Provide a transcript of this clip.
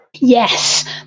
Yes